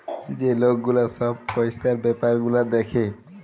যে লক গুলা ছব পইসার ব্যাপার গুলা দ্যাখে